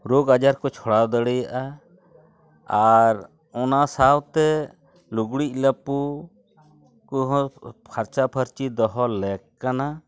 ᱨᱳᱜᱽ ᱟᱡᱟᱨ ᱠᱚ ᱪᱷᱚᱲᱟᱣ ᱫᱟᱲᱮᱭᱟᱜᱼᱟ ᱟᱨ ᱚᱱᱟ ᱥᱟᱶᱛᱮ ᱞᱩᱜᱽᱲᱤᱜ ᱞᱟᱯᱚ ᱠᱚᱦᱚᱸ ᱯᱷᱟᱨᱪᱟᱯᱷᱟᱪᱤ ᱫᱚᱦᱚ ᱞᱮᱠ ᱠᱟᱱᱟ